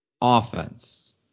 offense